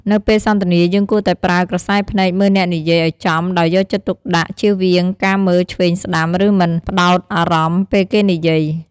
នៅពេលសន្ទនាយើងគួរតែប្រើក្រសែភ្នែកមើលអ្នកនិយាយឲ្យចំដោយយកចិត្តទុកដាក់ជៀសវាងការមើលឆ្វេងស្តាំឬមិន ផ្តោតអារម្មណ៍ពេលគេនិយាយ។